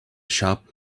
shop